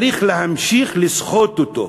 צריך להמשיך לסחוט אותו,